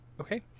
Okay